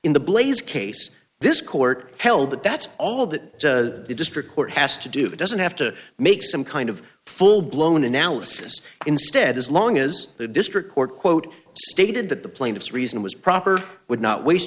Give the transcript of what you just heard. in the blaze case this court held that that's all that the district court has to do it doesn't have to make some kind of full blown analysis instead as long as the district court quote stated that the plaintiffs reason was proper would not waste